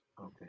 Okay